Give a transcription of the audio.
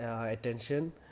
attention